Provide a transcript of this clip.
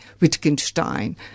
Wittgenstein